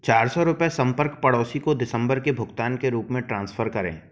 चार सौ रुपये सम्पर्क पड़ोसी को दिसम्बर के भुगतान के रूप में ट्रांसफर करें